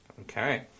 Okay